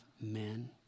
men